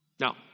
Now